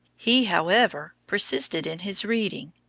he, however, persisted in his reading,